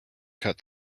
cut